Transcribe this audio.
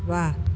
वाह